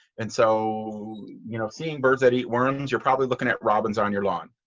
and so you know seeing birds that eat worms, you're probably looking at robins on your lawn.